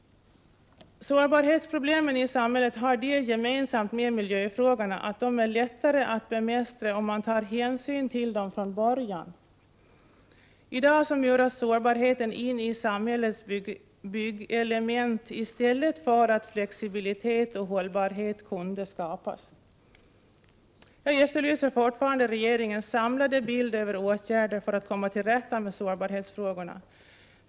Sårbarhetsproblemen i samhället har det gemensamt med miljöfrågorna att de är lättare att bemästra, om man tar hänsyn till dem från början. I dag muras sårbarheten in i samhällets byggelement i stället för att flexibilitet och hållbarhet kunde skapas. Jag efterlyser fortfarande regeringens samlade bild över åtgärder för att komma till rätta med sårbarhetsfrågorna.